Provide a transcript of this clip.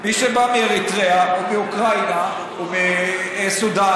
מי שבא מאריתריאה או מאוקראינה או מסודאן,